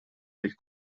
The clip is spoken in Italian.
del